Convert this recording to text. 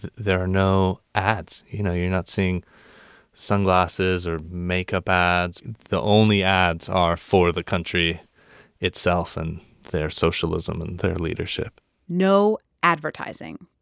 there are no ads. you know, you're not seeing sunglasses or makeup ads. the only ads are for the country itself and their socialism and their leadership no advertising.